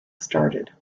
started